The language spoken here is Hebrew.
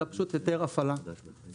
אלא פשוט יותר הפעלה בעיריות.